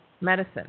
medicine